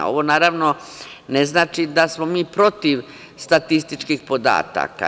Ovo naravno ne znači da smo mi protiv statističkih podataka.